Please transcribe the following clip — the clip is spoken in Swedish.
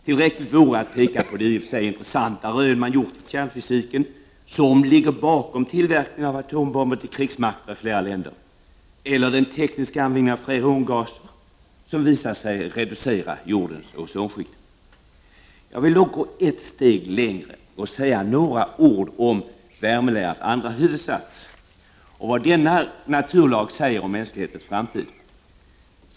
Tillräckligt vore att peka på de, i och för sig intressanta, rön man gjort i kärnfysiken som ligger bakom tillverkning av atombomber till krigsmakter i flera länder eller den tekniska användningen av freongaser som visat sig reducera jordens ozonskikt. Jag vill dock gå ett steg längre och säga några ord om värmelärans andra huvudsats och vad denna naturlag säger om mänsklighetens framtid.